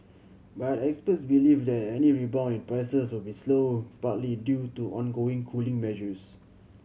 but experts believe that any rebound in prices will be slow partly due to ongoing cooling measures